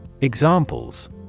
Examples